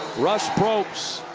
rush probst.